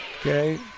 okay